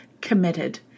Committed